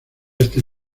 este